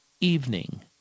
Evening